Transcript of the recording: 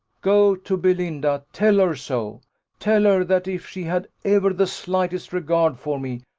go to belinda tell her so tell her, that if she had ever the slightest regard for me,